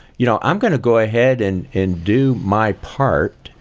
you know, i'm going to go ahead and and do my part,